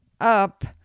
up